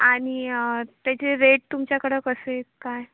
आणि त्याचे रेट तुमच्याकडं कसे काय